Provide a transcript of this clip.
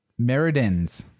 Meridens